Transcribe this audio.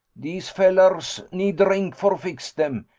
dese fallars need drink for fix dem.